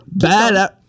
Bad